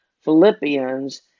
Philippians